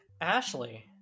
Ashley